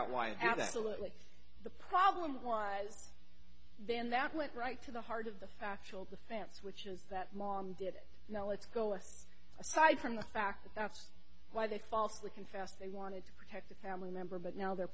out why absolutely the problem was then that went right to the heart of the factual defense which is that mom did it now let's go aside from the fact that that's why they falsely confess they wanted to protect a family member but now they're